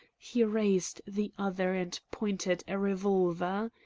he raised the other and pointed a revolver.